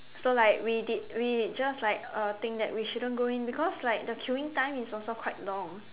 so like we did we just like uh think that we shouldn't going because like the queueing time is also quite long